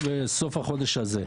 סוף החודש הזה.